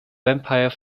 vampire